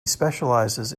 specialises